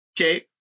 okay